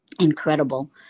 incredible